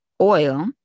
oil